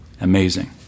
Amazing